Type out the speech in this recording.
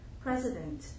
President